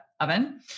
oven